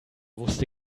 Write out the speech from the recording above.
wusste